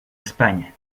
españa